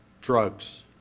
drugs